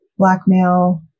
Blackmail